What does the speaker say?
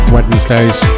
Wednesdays